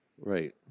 Right